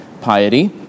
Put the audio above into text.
piety